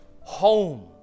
home